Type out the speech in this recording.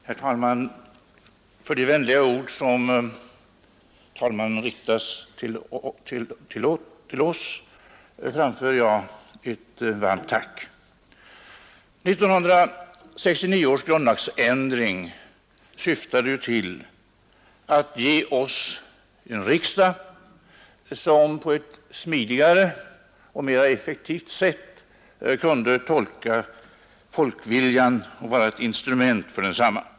Herr talman! För de vänliga ord som herr talmannen riktat till oss framför jag ett varmt tack. 1969 års grundlagsändring syftade ju till att ge oss en riksdag, som på ett smidigare och mera effektivt sätt kunde tolka folkviljan och vara ett instrument för densamma.